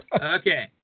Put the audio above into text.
Okay